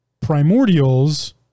primordials